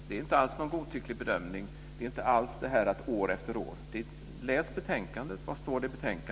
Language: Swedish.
Fru talman! Det är inte alls någon godtycklig bedömning. Läs vad som står i betänkandet.